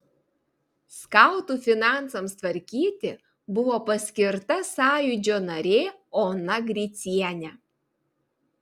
skautų finansams tvarkyti buvo paskirta sąjūdžio narė ona gricienė